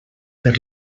per